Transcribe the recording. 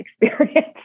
experience